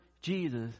Jesus